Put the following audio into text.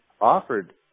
offered